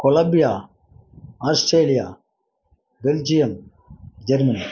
Columbia Australia Belgium Germany